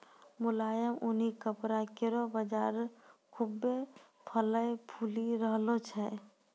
मुलायम ऊनी कपड़ा केरो बाजार खुभ्भे फलय फूली रहलो छै